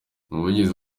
umuvugizi